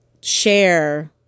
share